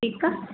ठीकु आहे